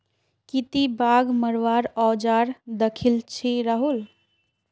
की ती बाघ मरवार औजार दखिल छि राहुल